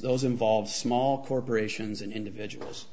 those involved small corporations and individuals